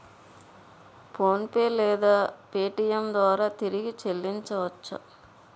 PhonePe లేదా Paytm ద్వారా తిరిగి చల్లించవచ్చ?